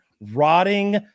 rotting